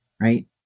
right